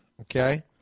okay